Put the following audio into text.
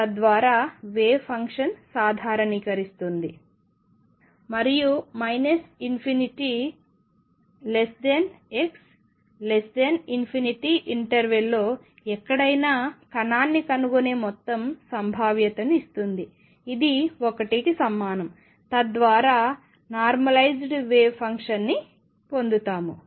తద్వారా wave function సాధారణీకరిస్తుంది మరియు ∞x∞ ఇంటర్వెల్లో ఎక్కడైనా కణాన్ని కనుగొనే మొత్తం సంభావ్యతను ఇస్తుందిఇది 1కి సమానం తద్వారా నార్మలైస్డ్ వేవ్ ఫంక్షన్ని పొందుతాము